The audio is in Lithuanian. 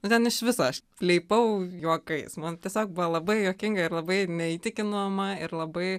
nu ten iš viso aš leipau juokais man tiesiog buvo labai juokinga ir labai neįtikinama ir labai